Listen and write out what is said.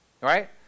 Right